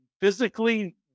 physically